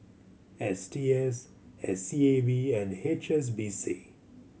S T S S C A B and H S B C